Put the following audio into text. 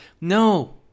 No